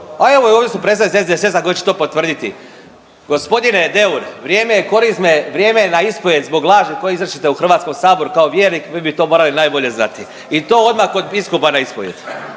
a evo ovdje su predstavnici SDSS-a koji će to potvrditi. Gospodine Deur, vrijeme je Korizme, vrijeme je na ispovijed zbog laži koje izričete u HS-u, kao vjernik vi bi to morali najbolje znati i to odmah kod biskupa na ispovijed.